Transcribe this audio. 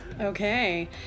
okay